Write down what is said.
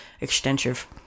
extensive